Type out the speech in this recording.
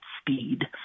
speed